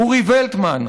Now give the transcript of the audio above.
אורי וולטמן,